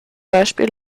beispiel